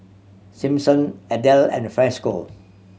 Simpson Adel and Franco